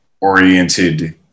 oriented